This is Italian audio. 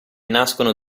nascono